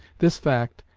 this fact,